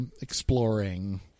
exploring